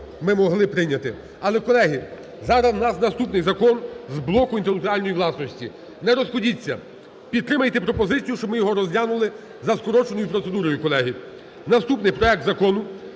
ми могли прийняти. Але, колеги, зараз у нас наступний закон з блоку інтелектуальної власності. Не розходіться. Підтримайте пропозицію, щоб ми його розглянули за скороченою процедурою, колеги. Наступний проект Закону